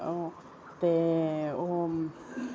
ते ओह्